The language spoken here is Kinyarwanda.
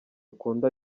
ukunda